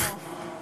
אבו מערוף, סליחה.